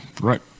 Right